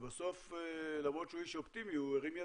ובסוף, למרות שהוא איש אופטימי, הוא הרים ידיים,